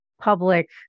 public